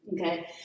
okay